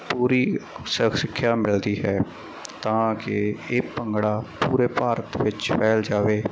ਪੂਰੀ ਸਖ ਸਿੱਖਿਆ ਮਿਲਦੀ ਹੈ ਤਾਂ ਕਿ ਇਹ ਭੰਗੜਾ ਪੂਰੇ ਭਾਰਤ ਵਿੱਚ ਫੈਲ ਜਾਵੇ